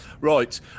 Right